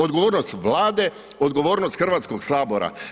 Odgovornost Vlade, odgovornost Hrvatskog sabora.